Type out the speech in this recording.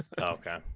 Okay